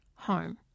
home